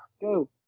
go